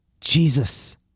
Jesus